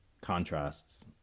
contrasts